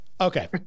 Okay